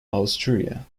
austria